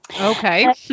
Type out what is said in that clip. okay